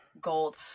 Gold